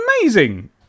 amazing